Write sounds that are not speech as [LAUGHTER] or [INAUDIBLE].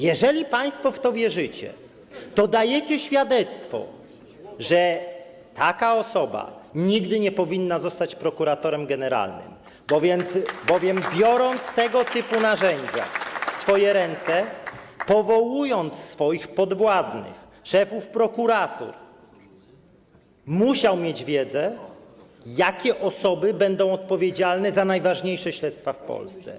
Jeżeli państwo w to wierzycie, to dajecie świadectwo, że taka osoba nigdy nie powinna zostać prokuratorem generalnym, [APPLAUSE] biorąc tego typu narzędzia w swoje ręce, powołując swoich podwładnych, szefów prokuratur, musiała bowiem mieć wiedzę, jakie osoby będą odpowiedzialne za najważniejsze śledztwa w Polsce.